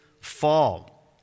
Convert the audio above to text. fall